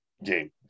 game